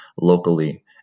locally